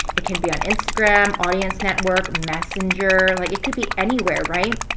it can be on instagram, audience network, messenger. like it could be anywhere, right?